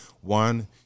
one